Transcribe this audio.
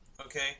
Okay